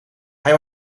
hij